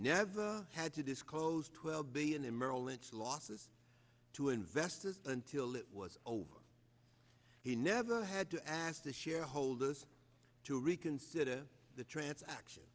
never had to disclose twelve billion in maryland losses to investors until it was over he never had to ask the shareholders to reconsider the transaction